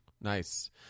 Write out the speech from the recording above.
Nice